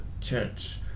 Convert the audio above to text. church